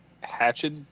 hatchet